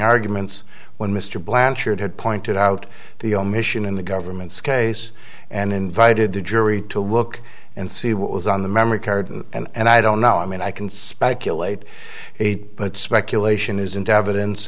arguments when mr blanchard had pointed out the omission in the government's case and invited the jury to look and see what was on the memory card and i don't know i mean i can speculate but speculation isn't evidence